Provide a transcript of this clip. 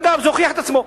ואגב, זה הוכיח את עצמו.